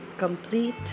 Complete